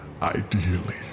Ideally